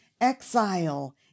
exile